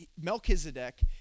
Melchizedek